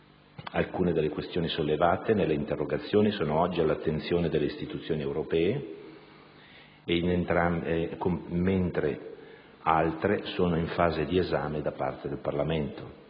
Alcune delle questioni sollevate nelle interrogazioni sono oggi all'attenzione delle istituzioni europee, mentre altre sono in fase di esame da parte del Parlamento.